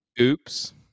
oops